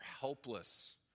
helpless